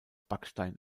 backstein